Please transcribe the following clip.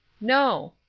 no.